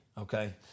okay